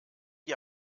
ihr